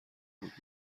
بود